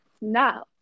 Now